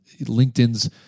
LinkedIn's